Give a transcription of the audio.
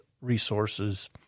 resources